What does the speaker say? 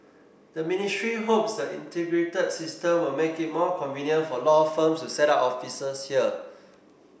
the ministry hopes the integrated system will make it more convenient for law firms to set up offices here